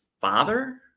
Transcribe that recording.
father